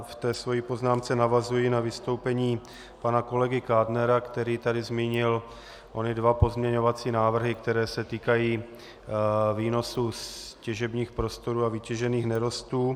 Ve své poznámce navazuji na vystoupení pana kolegy Kádnera, který tady zmínil ony dva pozměňovací návrhy, které se týkají výnosů z těžebních prostorů a vytěžených nerostů.